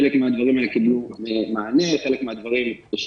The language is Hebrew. חלק מהדברים האלה קיבלו מענה,